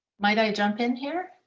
might i jump in here?